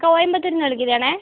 കോയമ്പത്തൂരു നിന്ന് വിളിക്കുന്നതാണേ